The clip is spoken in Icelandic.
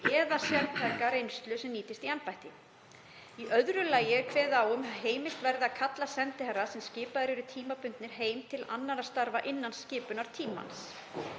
eða sértæka reynslu sem nýtist í embætti. Í öðru lagi er kveðið á um að heimilt verði að kalla sendiherra sem skipaðir eru tímabundið heim til annarra starfa innan skipunartímans.